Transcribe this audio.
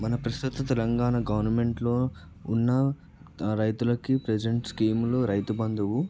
మన ప్రస్తుత తెలంగాణ గవర్నమెంట్లో ఉన్న రైతులకి ప్రజెంట్ స్కీములో రైతుబంధువు